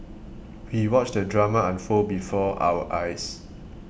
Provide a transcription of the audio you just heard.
we watched the drama unfold before our eyes